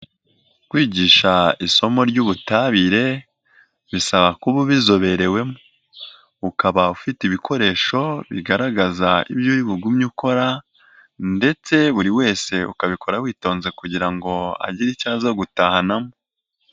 Kwigisha isomo ry'ubutabire bisaba kuba ubizoberewemo, ukaba ufite ibikoresho bigaragaza ibyo uri bugumye ukora ndetse buri wese ukabikora witonze kugira ngo agire icyo aza gutahanamo.